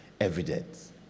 evidence